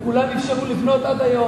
לכולם אפשרו לבנות עד היום,